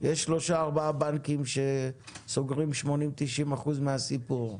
יש שלושה-ארבעה בנקים שסוגרים 90%-80% מהסיפור,